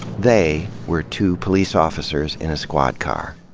they were two police officers in a squad car.